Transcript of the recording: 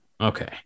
Okay